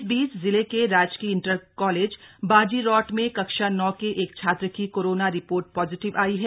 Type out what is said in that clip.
इस बीच जिले के राजकीय इंटर कॉलेज बाजीरौट में कक्षा नौ के एक छात्र की कोरोना रिपोर्ट पॉजिटिव आयी है